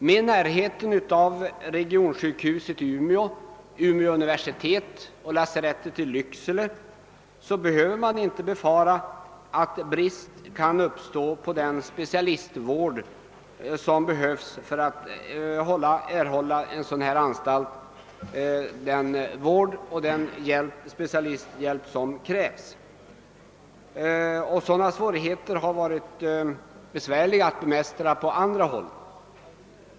Med närheten till regionsjukhuset i Umeå, Umeå universitet samt lasarettet i Lycksele behöver man inte befara att brist kan uppstå på den specialistvård, som behövs för att man skall på en sådan här anstalt erhålla den vård och specialisthjälp som behövs. Sådana svårigheter har varit besvärliga att bemästra på andra håll.